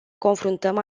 confruntăm